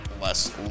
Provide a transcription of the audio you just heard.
less